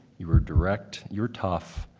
you were direct, you were tough,